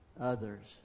others